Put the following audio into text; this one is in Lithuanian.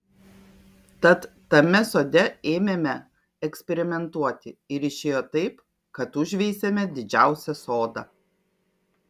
tad tame sode ėmėme eksperimentuoti ir išėjo taip kad užveisėme didžiausią sodą